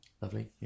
Lovely